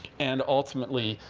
and ultimately,